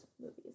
movies